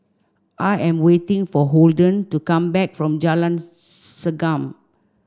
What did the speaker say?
I am waiting for Holden to come back from Jalan Segam